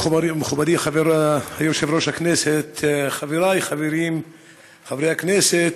מכובדי יושב-ראש הכנסת, חבריי חברי הכנסת,